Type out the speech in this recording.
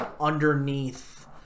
underneath